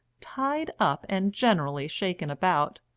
tied up, and generally shaken about,